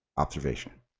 observation